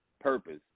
purpose